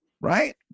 right